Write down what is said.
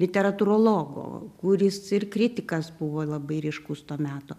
literatūrologo kuris ir kritikas buvo labai ryškus to meto